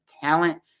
talent